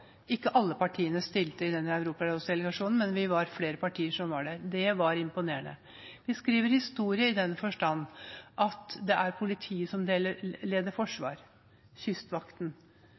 Ikke alle partiene stilte i den europarådsdelegasjonen, men vi var flere partier som var der. Det var imponerende. De skriver historie i den forstand at det er politiet som leder forsvaret, kystvakten.